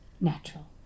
natural